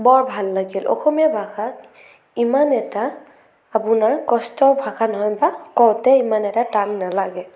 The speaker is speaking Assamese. বৰ ভাল লাগিল অসমীয়া ভাষা ইমান এটা আপোনাৰ কষ্টৰ ভাষা নহয় বা কওঁতে ইমান এটা টান নালাগে